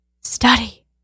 study